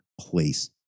place